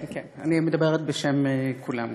כן כן, אני מדברת בשם כולם כמובן.